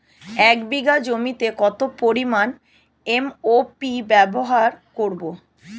এক বিঘা জমিতে কত পরিমান এম.ও.পি ব্যবহার করব?